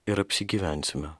ir apsigyvensime